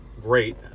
great